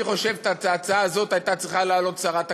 אני חושב שאת ההצעה הזאת היו צריכים להעלות שרת הקליטה,